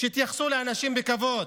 יתייחסו לאנשים בכבוד,